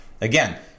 again